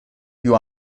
più